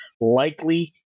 likely